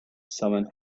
someone